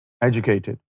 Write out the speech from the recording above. educated